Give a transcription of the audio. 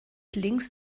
links